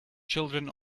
children